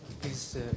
Please